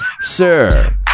sir